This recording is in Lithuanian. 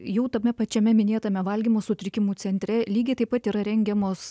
jau tame pačiame minėtame valgymo sutrikimų centre lygiai taip pat yra rengiamos